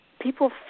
People